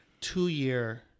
two-year